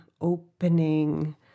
opening